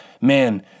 man